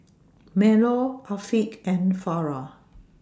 Melur Afiq and Farah